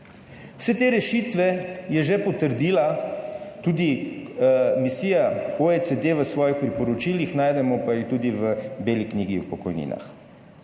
Vse te rešitve je že potrdila tudi komisija OECD v svojih priporočilih, najdemo pa jo tudi v Beli knjigi o pokojninah.